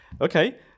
Okay